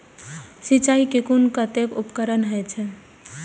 सिंचाई के कुल कतेक उपकरण होई छै?